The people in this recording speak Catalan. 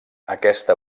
aquesta